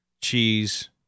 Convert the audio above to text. cheese